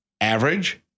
average